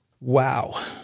Wow